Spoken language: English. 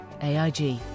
aig